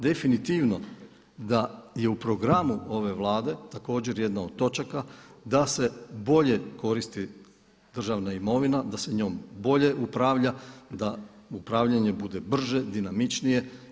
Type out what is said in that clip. Definitivno da je u programu ove Vlade također jedna od točaka da se bolje koristi državna imovina, da se njom bolje upravlja, da upravljanje bude brže, dinamičnije.